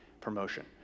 promotion